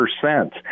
percent